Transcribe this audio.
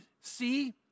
See